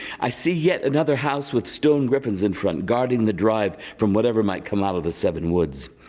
i see yet another house with stone griffins in front guarding the drive from whatever might come out of the seven woods.